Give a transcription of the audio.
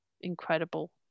incredible